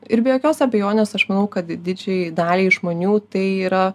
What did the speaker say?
ir be jokios abejonės aš manau kad didžiajai daliai žmonių tai yra